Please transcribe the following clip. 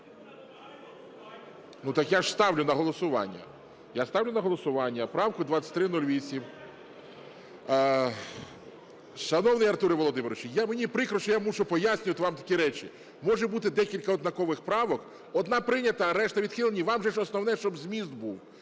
Ну так я ж ставлю на голосування. Я ставлю на голосування правку 2308. Шановний Артуре Володимировичу, мені прикро, що я мушу пояснювати вам такі речі. Може бути декілька однакових правок, одна прийнята, а решта відхилені. Вам же основне, щоб зміст був?